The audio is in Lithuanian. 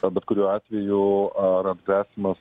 na bet kuriuo atveju ar atgrasymas